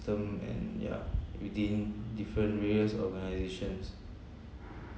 system and yeah within different areas organisations